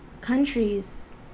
countries